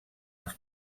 els